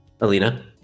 Alina